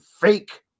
fake